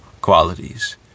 qualities